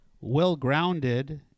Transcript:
well-grounded